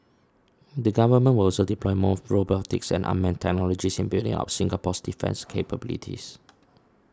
the Government will also deploy more robotics and unmanned technologies in building up Singapore's defence capabilities